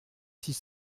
six